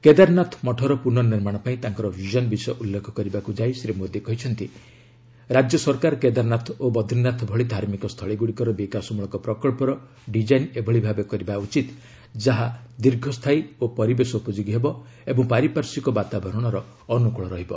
କେଦାରନାଥ ମଠର ପୁନନିର୍ମାଣ ପାଇଁ ତାଙ୍କର ବିଜନ ବିଷୟ ଉଲ୍ଲେଖ କରିବାକୁ ଯାଇ ଶ୍ରୀ ମୋଦୀ କହିଛନ୍ତି ରାଜ୍ୟ ସରକାର କେଦାରନାଥ ଓ ବଦ୍ରିନାଥ ଭଳି ଧାର୍ମିକ ସ୍ଥଳୀଗୁଡ଼ିକର ବିକାଶ ମୂଳକ ପ୍ରକଳ୍ପର ଡିଜାଇନ୍ ଏଭଳି ଭାବେ କରିବା ଉଚିତ୍ ଯାହା ଦୀର୍ଘସ୍ଥାୟୀ ଓ ପରିବେଶ ଉପଯୋଗୀ ହେବ ଏବଂ ପାରିପାର୍ଶ୍ୱିକ ବାତାବରଣର ଅନୁକୂଳ ରହିବ